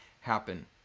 happen